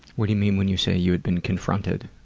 what do you mean when you say you had been confronted?